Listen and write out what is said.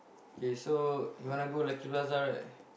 K so you wanna go Lucky-Plaza right